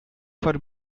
for